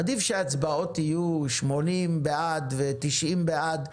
עדיף שההצבעות יהיו 80 בעד ו-90 בעד,